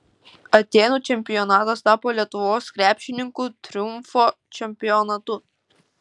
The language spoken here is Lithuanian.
atėnų čempionatas tapo lietuvos krepšininkų triumfo čempionatu